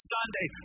Sunday